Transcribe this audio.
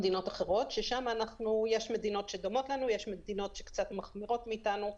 מדינות שדומות לנו ויש מדינות שקצת מחמירות מאתנו.